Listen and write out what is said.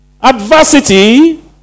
Adversity